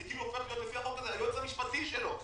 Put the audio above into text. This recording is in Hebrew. אני הופך לפי החוק הזה, להיות היועץ המשפטי שלו.